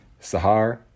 Sahar